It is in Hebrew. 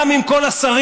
גם אם כל השרים,